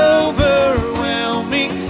overwhelming